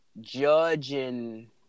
judging